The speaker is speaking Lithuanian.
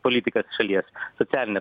politikas šalies socialinę